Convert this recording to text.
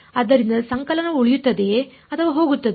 ಆದ್ದರಿಂದ ಸಂಕಲನವು ಉಳಿಯುತ್ತದೆಯೇ ಅಥವಾ ಅದು ಹೋಗುತ್ತದೆಯೇ